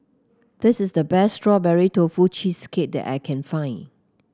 this is the best Strawberry Tofu Cheesecake that I can find